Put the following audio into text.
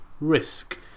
risk